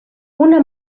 una